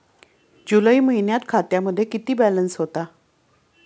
जुलै महिन्यात खात्यामध्ये किती बॅलन्स होता?